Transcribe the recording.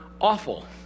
awful